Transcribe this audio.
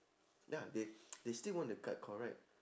ya they they still want the card correct